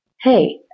Hey